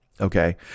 Okay